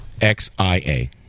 X-I-A